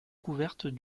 couvertes